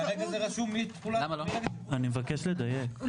כרגע זה כתוב מרגע --- אני מבקש לדייק.